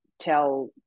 tell